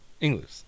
English